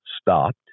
stopped